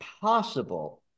possible